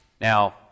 Now